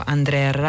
Andrea